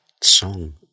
song